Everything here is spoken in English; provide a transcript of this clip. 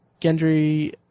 Gendry